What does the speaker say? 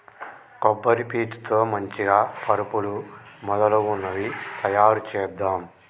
కొబ్బరి పీచు తో మంచిగ పరుపులు మొదలగునవి తాయారు చేద్దాం